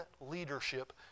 leadership